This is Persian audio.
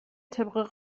طبق